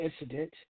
incident